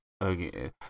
again